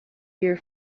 your